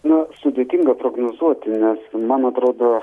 na sudėtinga prognozuoti nes man atrodo